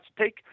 Take